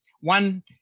one